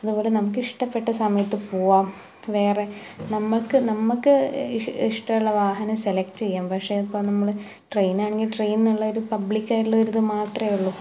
അതുപോലെ നമുക്ക് ഇഷ്ടപ്പെട്ട സമയത്ത് പോകാം വേറെ നമുക്ക് നമുക്ക് ഇഷ് ഇഷ്ടമുള്ള വാഹനം സെലക്ട് ചെയ്യാം പക്ഷേ ഇപ്പോൾ നമ്മള് ട്രെയിനാണെങ്കിൽ ട്രെയിൻ എന്നുള്ളൊരു പബ്ലിക് ആയിട്ടുള്ളൊരു ഇത് മാത്രമെ ഉള്ളു